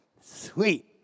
Sweet